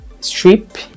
strip